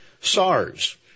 SARS